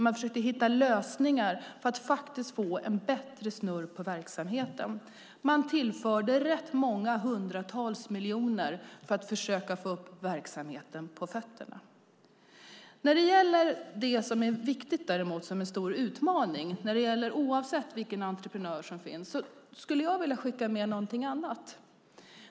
Man försökte hitta lösningar för att få en bättre snurr på verksamheten. Man tillförde rätt många hundratals miljoner för att försöka få verksamheten på fötter. När det gäller det som är viktigt och är en stor utmaning, oavsett vilken entreprenör som finns, skulle jag vilja skicka med någonting annat.